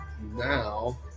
now